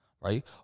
right